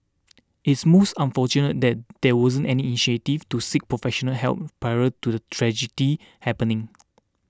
it's most unfortunate that there wasn't any initiative to seek professional help prior to the tragedy happening